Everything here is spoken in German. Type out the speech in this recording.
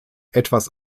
etwas